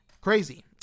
crazy